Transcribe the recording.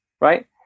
right